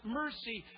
mercy